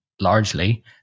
largely